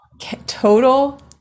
Total